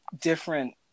different